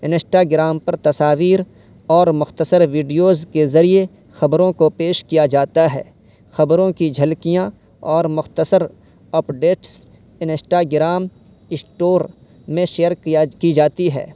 Instagram پر تصاویر اور مختصر ویڈیوز کے ذریعے خبروں کو پیش کیا جاتا ہے خبروں کی جھلکیاں اور مختصر اپڈیٹس انسٹاگرام اسٹور میں شیئر کیا کی جاتی ہے